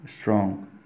strong